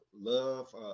love